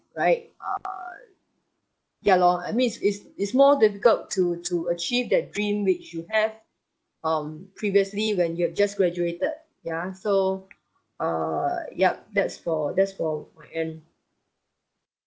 right err ya lor I mean is is is more difficult to to achieve that dream which you have um previously when you have just graduated ya so err yup that's for that's for and